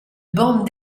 bandes